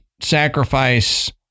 sacrifice